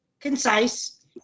Concise